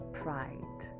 pride